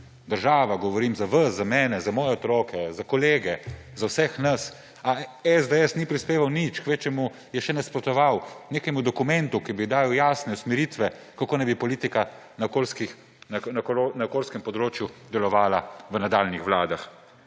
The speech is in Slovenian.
Država. Govorim za vas, za mene, za moje otroke, za kolege, za vse nas, a SDS ni prispeval nič, kvečjemu je še nasprotoval nekemu dokumentu, ki bi dajal jasne usmeritve, kako naj bi politika na okoljskem področju delovala v nadaljnjih vladah.